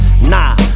Nah